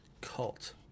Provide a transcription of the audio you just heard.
Cult